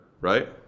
right